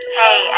hey